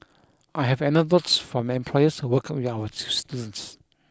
I have anecdotes from employers who work with our students